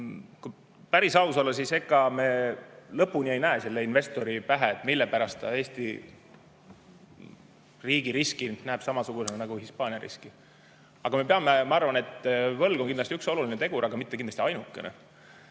Kui päris aus olla, siis ega me lõpuni ei näe selle investori pähe, mille pärast ta Eesti riigi riski näeb samasugusena nagu Hispaania riski. Ma arvan, et võlg on kindlasti üks oluline tegur, aga mitte kindlasti ainukene,